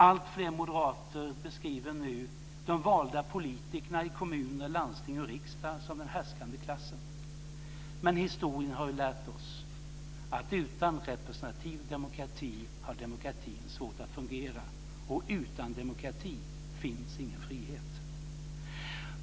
Alltfler moderater beskriver de vanliga politikerna i kommun, landsting och riksdag som den härskande klassen. Men historien har lärt oss att utan representativ demokrati har demokratin svårt att fungera. Utan demokrati finns ingen frihet.